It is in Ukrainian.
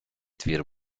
твір